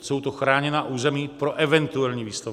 Jsou to chráněná území pro eventuální výstavbu.